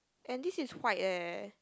and this is white eh